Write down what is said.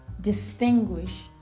distinguish